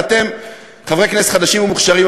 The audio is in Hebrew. אתם חברי כנסת חדשים ומוכשרים,